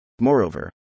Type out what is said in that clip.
Moreover